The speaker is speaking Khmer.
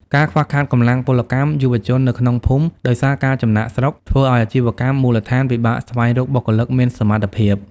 ការខ្វះខាតកម្លាំងពលកម្មយុវជននៅក្នុងភូមិ ដោយសារការចំណាកស្រុក ធ្វើឱ្យអាជីវកម្មមូលដ្ឋានពិបាកស្វែងរកបុគ្គលិកមានសមត្ថភាព។